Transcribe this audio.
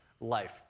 life